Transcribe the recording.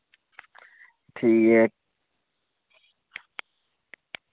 ठीक ऐ